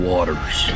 Waters